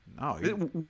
no